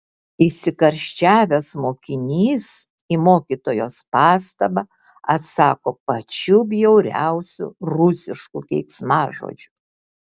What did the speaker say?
įsikarščiavęs mokinys į mokytojos pastabą atsako pačiu bjauriausiu rusišku keiksmažodžiu